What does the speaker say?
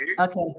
Okay